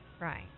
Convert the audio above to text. Right